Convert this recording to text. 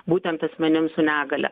būtent asmenim su negalia